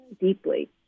deeply